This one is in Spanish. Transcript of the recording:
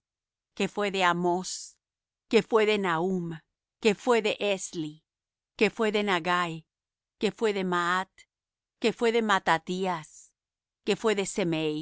que fué de amós que fué de nahum que fué de esli que fué de naggai que fué de maat que fué de matthathías que fué de semei